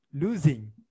losing